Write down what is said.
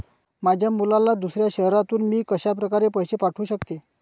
माझ्या मुलाला दुसऱ्या शहरातून मी कशाप्रकारे पैसे पाठवू शकते?